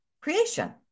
creation